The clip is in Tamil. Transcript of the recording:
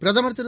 பிரதமர் திரு